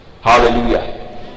Hallelujah